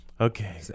okay